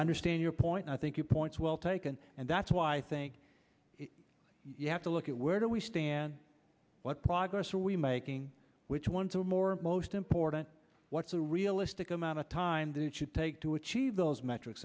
understand your point i think it points well taken and that's why i think you have to look at where do we stand what progress are we making which ones are more most important what's a realistic amount of time that you take to achieve those metric